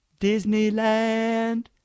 Disneyland